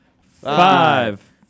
Five